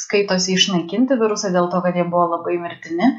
skaitosi išnaikinti virusai dėl to kad jie buvo labai mirtini